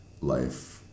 life